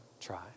try